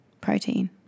protein